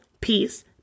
peace